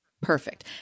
Perfect